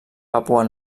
papua